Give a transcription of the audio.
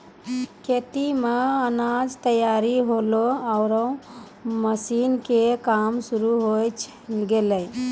खेतो मॅ अनाज तैयार होल्हों आरो मशीन के काम शुरू होय गेलै